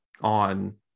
on